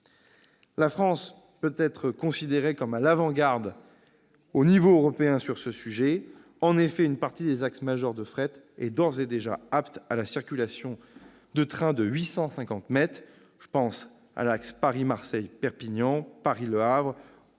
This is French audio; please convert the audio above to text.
La France peut être considérée comme à l'avant-garde à l'échelon européen sur ce sujet. En effet, une partie des axes majeurs de fret sont d'ores et déjà adaptés à la circulation de trains de 850 mètres- je pense aux axes Paris-Marseille-Perpignan, Paris-Le Havre,